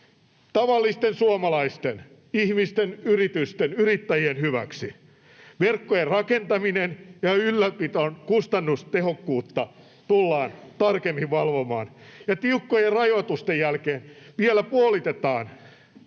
tavallisten suomalaisten ihmisten, yritysten, yrittäjien hyväksi. Verkkojen rakentamista ja ylläpidon kustannustehokkuutta tullaan tarkemmin valvomaan, ja tiukkojen rajoitusten jälkeen vielä puolitetaan se,